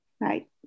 right